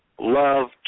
Love